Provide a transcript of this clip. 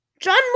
John